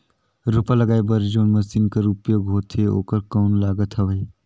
रोपा लगाय बर जोन मशीन कर उपयोग होथे ओकर कौन लागत हवय?